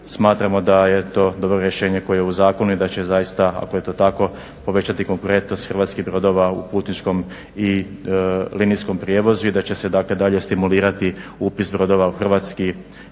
smatramo da je to dobro rješenje koje je u zakonu i da će zaista ako je to tako povećati konkurentnost hrvatskih brodova u putničkom i linijskom prijevozu i da će se dakle dalje stimulirati upis brodova u Hrvatski